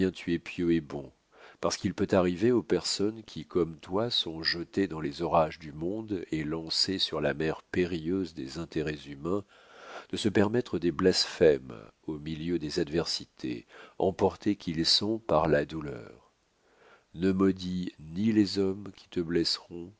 pieux et bon parce qu'il peut arriver aux personnes qui comme toi sont jetées dans les orages du monde et lancées sur la mer périlleuse des intérêts humains de se permettre des blasphèmes au milieu des adversités emportés qu'ils sont par la douleur ne maudis ni les hommes qui te blesseront